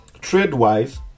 trade-wise